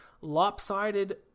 lopsided